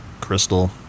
Crystal